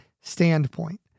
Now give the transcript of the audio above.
standpoint